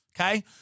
okay